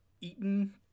eaten